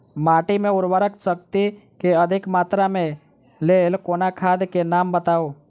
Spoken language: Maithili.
माटि मे उर्वरक शक्ति केँ अधिक मात्रा केँ लेल कोनो खाद केँ नाम बताऊ?